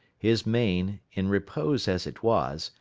his mane, in repose as it was,